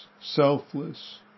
selfless